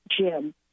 jim